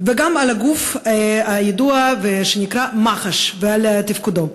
וגם על הגוף הידוע שנקרא מח"ש ועל תפקודו.